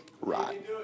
Right